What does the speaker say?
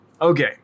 Okay